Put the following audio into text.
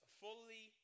fully